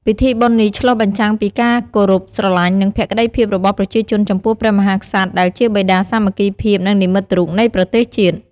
ពិធីបុណ្យនេះឆ្លុះបញ្ចាំងពីការគោរពស្រឡាញ់ និងភក្ដីភាពរបស់ប្រជាជនចំពោះព្រះមហាក្សត្រ ដែលជាបិតាសាមគ្គីភាព និងនិមិត្តរូបនៃប្រទេសជាតិ។